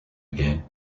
again